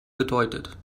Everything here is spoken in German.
bedeutet